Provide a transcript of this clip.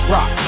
Rock